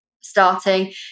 starting